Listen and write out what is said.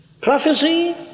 Prophecy